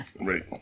right